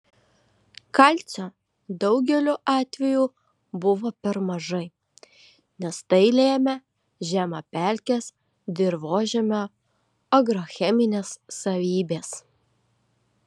kalcio daugeliu atvejų buvo per mažai nes tai lėmė žemapelkės dirvožemio agrocheminės savybės